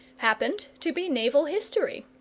happened to be naval history.